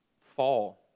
fall